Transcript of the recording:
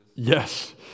Yes